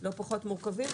לא פחות מורכבים.